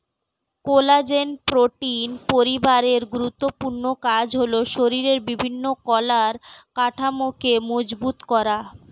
collagen protein পরিবারের গুরুত্বপূর্ণ কাজ হলো শরীরের বিভিন্ন কলার কাঠামোকে মজবুত করা